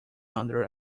under